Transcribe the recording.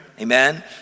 Amen